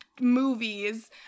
movies